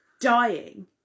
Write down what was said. dying